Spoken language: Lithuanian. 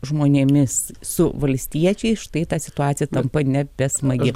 žmonėmis su valstiečiais štai ta situacija tampa nebesmagi